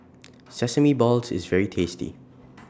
Sesame Balls IS very tasty